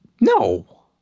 No